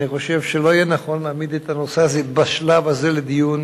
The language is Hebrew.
אני חושב שלא יהיה נכון להעמיד את הנושא הזה בשלב הזה לדיון